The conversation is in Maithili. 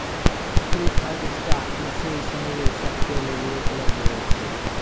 प्रिफर्ड स्टाक विशेष निवेशक के लेली उपलब्ध होय छै